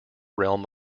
realm